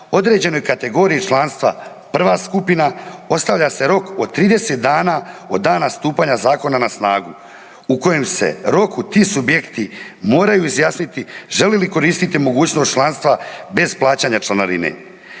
određenoj kategoriji članstva 1. skupina ostavlja se rok od 30 dana od dana stupanja zakona na snagu u kojem se roku ti subjekti moraju izjasniti žele li koristiti mogućnost članstva bez plaćanja članarine.